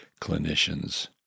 clinicians